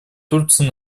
турции